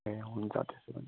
ए हुन्छ त्यसो भने